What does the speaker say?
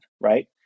right